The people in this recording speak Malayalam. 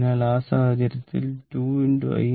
അതിനാൽ ആ സാഹചര്യത്തിൽ 2i ∞ 6